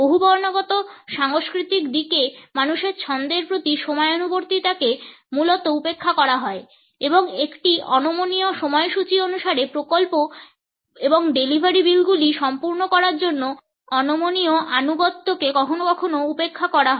বহুবর্ণগত সাংস্কৃতিক দিকে মানুষের ছন্দের প্রতি সময়ানুবর্তিতাকে মূলত উপেক্ষা করা হয় এবং একটি অনমনীয় সময়সূচী অনুসারে প্রকল্প এবং ডেলিভারি বিলগুলি সম্পূর্ণ করার জন্য অনমনীয় আনুগত্যকে কখনও কখনও উপেক্ষা করা হয়